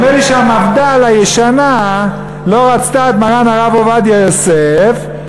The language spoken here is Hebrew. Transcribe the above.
נדמה לי שהמפד"ל הישנה לא רצתה את מרן הרב עובדיה יוסף,